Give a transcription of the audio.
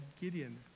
Gideon